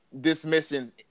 dismissing